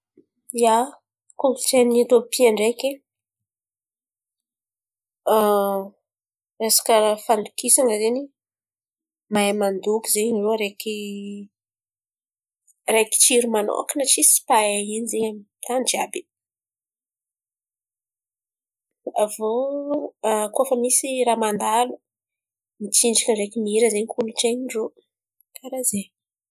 Ia, kolontsain̈y ny Etôpia ndreky resaka fandokisana zen̈y mahay mandoky zen̈y irô areky areky tsiro man̈ôkana tsisy mpahay in̈y zen̈y tan̈y jiàby. Avô koa fa misy raha mandalo mitsinjaka ndreky mihin̈a zen̈y kolontsain̈y ndrô karà zen̈y.